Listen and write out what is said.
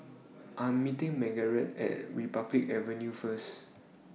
I Am meeting Margarett At Republic Avenue First